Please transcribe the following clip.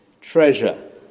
treasure